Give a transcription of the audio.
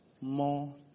more